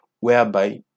whereby